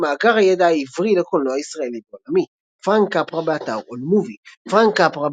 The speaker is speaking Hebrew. מאגר הידע העברי לקולנוע ישראלי ועולמי פרנק קפרה,